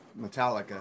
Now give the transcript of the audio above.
Metallica